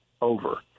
over